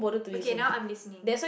okay now I'm listening